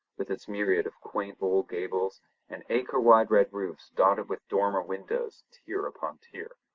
with its myriad of quaint old gables and acre-wide red roofs dotted with dormer windows, tier upon tier.